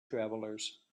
travelers